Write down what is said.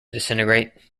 disintegrate